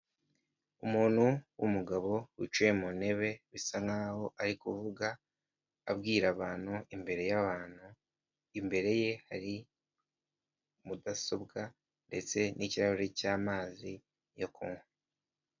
Umuntu w'umugabo wicaye mu ntebe bisa nkaho ari kuvuga abwira abantu, imbere yabantu imbere ye hari mudasobwa ndetse n'kirahuri cy'amazi ya kunywa.